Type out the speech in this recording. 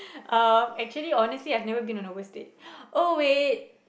um actually honestly I've never been on a worst date oh wait